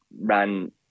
ran